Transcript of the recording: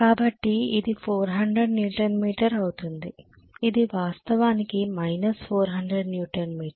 కాబట్టి ఇది 400 newton metre అవుతుంది ఇది వాస్తవానికి మైనస్ 400 న్యూటన్ మీటర్